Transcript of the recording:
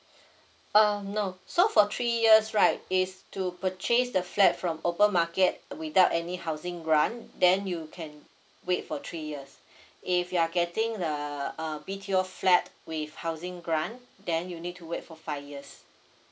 uh no so for three years right is to purchase the flat from open market without any housing grant then you can wait for three years if you are getting the uh B_T_O flat with housing grant then you need to wait for five years